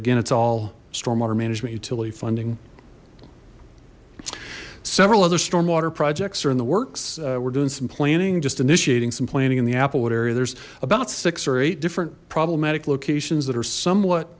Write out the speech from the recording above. again it's all stormwater management utility funding several other stormwater projects are in the works we're doing some planning just initiating some planning in the applewood area there's about six or eight different problematic locations that are somewhat